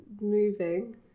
moving